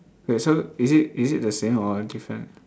wait so is it is it the same or different